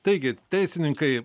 taigi teisininkai